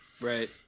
Right